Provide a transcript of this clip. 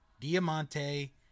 Diamante